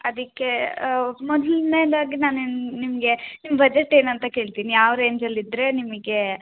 ಅದಕ್ಕೆ ಮೊದಲನೇದಾಗಿ ನಾನು ನಿಮ್ಮ ನಿಮಗೆ ನಿಮ್ಮ ಬಜೆಟ್ ಏನು ಅಂತ ಕೇಳ್ತೀನಿ ಯಾವ ರೇಂಜಲ್ಲಿ ಇದ್ದರೆ ನಿಮಗೆ